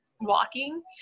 walking